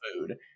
food